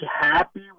happy